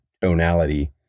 tonality